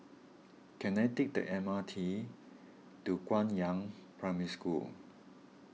can I take the M R T to Guangyang Primary School